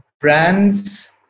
Brands